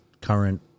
current